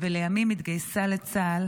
ולימים התגייסה לצה"ל